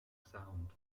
sound